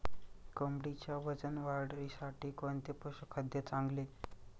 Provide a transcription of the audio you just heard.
कोंबडीच्या वजन वाढीसाठी कोणते पशुखाद्य चांगले?